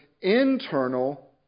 internal